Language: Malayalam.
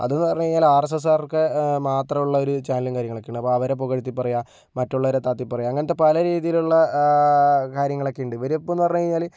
അതെന്ന് പറഞ്ഞു കഴിഞ്ഞാൽ ആർ എസ് എസ്സുകാർക്ക് മാത്രമുള്ള ഒരു ചാനലും കാര്യങ്ങളൊക്കെയാണ് അപ്പോൾ അവരെ പുകഴ്ത്തി പറയുക മറ്റുള്ളവരെ താഴ്ത്തിപ്പറയുക അങ്ങനത്തെ പലരീതിയിലുള്ള കാര്യങ്ങളൊക്കെ ഉണ്ട് ഇവരിപ്പോഴെന്ന് പറഞ്ഞു കഴിഞ്ഞാൽ